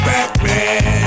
Batman